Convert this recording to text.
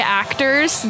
actors